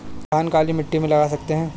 धान काली मिट्टी में लगा सकते हैं?